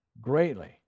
greatly